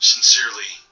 Sincerely